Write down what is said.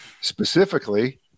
specifically